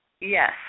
Yes